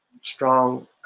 strong